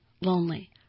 lonely